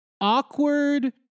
awkward